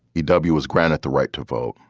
he and but was granted the right to vote,